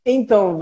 Então